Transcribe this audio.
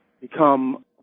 become